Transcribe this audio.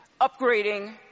upgrading